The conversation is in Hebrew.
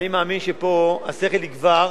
אני מאמין שפה השכל יגבר,